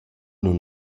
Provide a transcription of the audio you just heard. nun